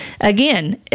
Again